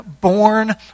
born